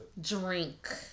Drink